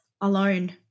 alone